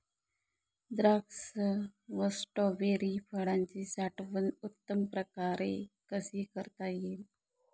द्राक्ष व स्ट्रॉबेरी फळाची साठवण उत्तम प्रकारे कशी करता येईल?